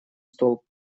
столб